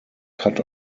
cut